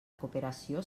cooperació